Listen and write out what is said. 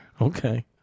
Okay